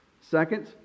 Second